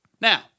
Now